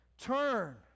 turn